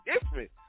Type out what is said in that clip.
different